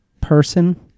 person